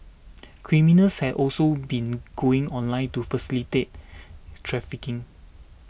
criminals have also been going online to facilitate trafficking